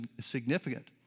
significant